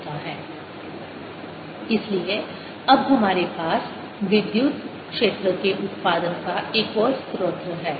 B∂tdSEMFdlds By Stokestheorem B∂tdSds B∂t इसलिए अब हमारे पास विद्युत क्षेत्र के उत्पादन का एक और स्रोत है